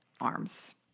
arms